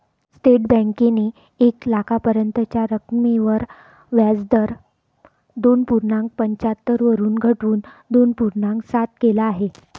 state बँकेने एक लाखापर्यंतच्या रकमेवर व्याजदर दोन पूर्णांक पंच्याहत्तर वरून घटवून दोन पूर्णांक सात केल आहे